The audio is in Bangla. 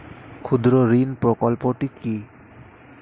ক্ষুদ্রঋণ প্রকল্পটি কি?